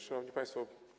Szanowni Państwo!